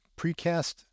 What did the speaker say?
Precast